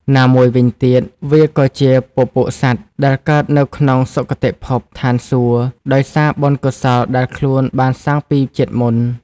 ណាមួយវិញទៀតវាក៏ជាពពួកសត្វដែលកើតនៅក្នុងសុគតិភព (ឋានសួគ៌) ដោយសារបុណ្យកុសលដែលខ្លួនបានសាងពីជាតិមុន។